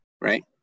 right